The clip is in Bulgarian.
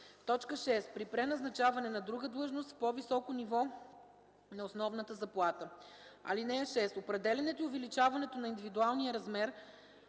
81б; 6. при преназначаване на друга длъжност в по-високо ниво на основната заплата. (6) Определянето и увеличаването на индивидуалния размер